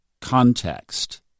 context